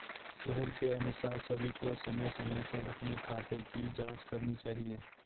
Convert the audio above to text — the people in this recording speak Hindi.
सोहेल के अनुसार सभी को समय समय पर अपने खाते की जांच करनी चाहिए